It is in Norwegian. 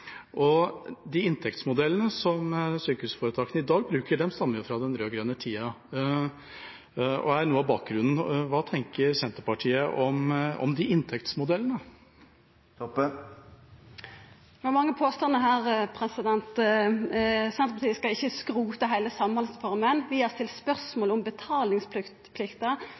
utfordring. De inntektsmodellene som sykehusforetakene i dag bruker, stammer fra den rød-grønne tida. Hva tenker Senterpartiet om de inntektsmodellene? Det var mange påstandar her. Senterpartiet skal